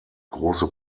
große